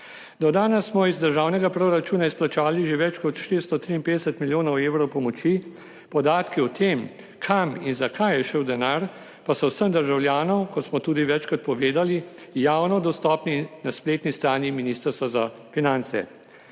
Do danes smo iz državnega proračuna izplačali že več kot 453 milijonov evrov pomoči, podatki o tem, kam in za kaj je šel denar, pa so vsem državljanom, kot smo tudi večkrat povedali, javno dostopni na spletni strani Ministrstva za finance.